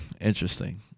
Interesting